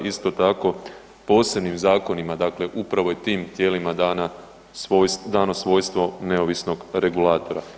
Isto tako posebnim zakonima dakle upravo je tim tijelima dano svojstvo neovisnog regulatora.